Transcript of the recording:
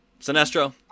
sinestro